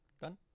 Done